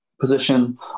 position